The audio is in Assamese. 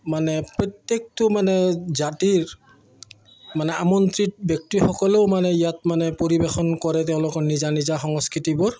মানে প্ৰত্যেকটো মানে জাতিৰ মানে আমন্ত্ৰিত ব্যক্তিসকলেও মানে ইয়াত মানে পৰিৱেশন কৰে তেওঁলোকৰ নিজা নিজা সংস্কৃতিবোৰ